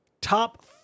Top